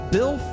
Bill